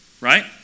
right